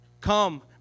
come